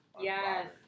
Yes